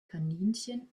kaninchen